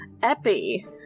Epi